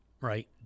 right